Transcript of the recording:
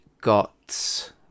got